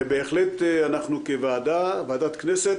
בהחלט, אנחנו כוועדה, ועדת כנסת,